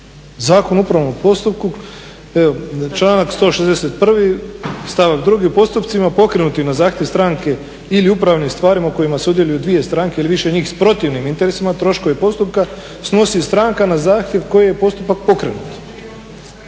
Zakon o upravnom postupku, evo članak 161. stavak 2. u postupcima pokrenutim na zahtjev stranke ili upravnim stvarima u kojima sudjeluju dvije stranke ili više njih s protivnim interesima troškove postupka snosi stranka na zahtjev koje je postupak pokrenut.